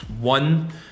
one